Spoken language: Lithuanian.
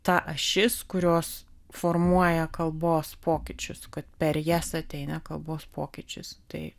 ta ašis kurios formuoja kalbos pokyčius kad per jas ateina kalbos pokyčius tai